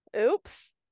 oops